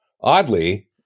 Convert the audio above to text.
Oddly